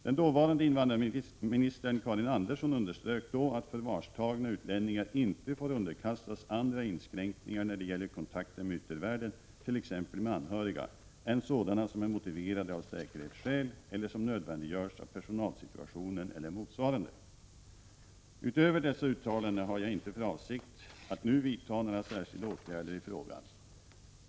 Den dåvarande invandrarministern Karin Andersson underströk att förvarstagna utlänningar inte får underkastas andra inskränkningar när det gäller kontakten med yttervärlden, t.ex. med anhöriga, än sådana som är motiverade av säkerhetsskäl eller som nödvändiggörs av personalsituationen eller motsvarande. Utöver dessa uttalanden har jag inte för avsikt att nu vidta några särskilda åtgärder i frågan.